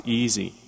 easy